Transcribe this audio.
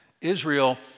Israel